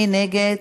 מי נגד?